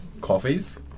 coffees